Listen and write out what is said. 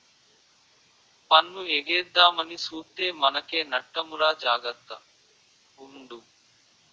పన్ను ఎగేద్దామని సూత్తే మనకే నట్టమురా జాగర్త గుండు